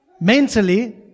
mentally